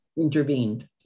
intervened